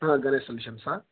గణేష్ సల్షయం సా